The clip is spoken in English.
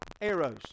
arrows